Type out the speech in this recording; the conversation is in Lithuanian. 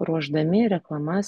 ruošdami reklamas